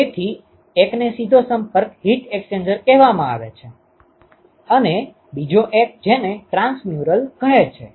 તેથી એકને સીધો સંપર્ક હીટ એક્સ્ચેન્જર કહેવામાં આવે છે અને બીજો એક જેને ટ્રાંસમ્યુરલ કહે છે